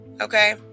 Okay